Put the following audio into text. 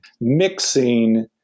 mixing